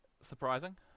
surprising